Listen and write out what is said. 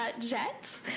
Jet